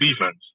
defense